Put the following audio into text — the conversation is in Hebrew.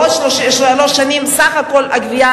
בעוד שלוש שנים סך כל הגבייה,